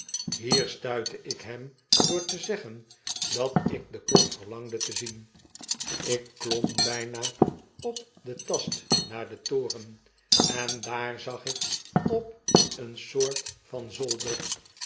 hier stuitte ik hem door te zeggen dat ik de klok verlangde te zien ik klom bjjna op den tast naar den toren en daar zag ik op eene soort van zolder